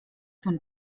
von